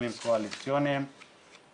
בציוד שלך, בבטיחות שלך, בביטוח שלך, בחשמל שלך.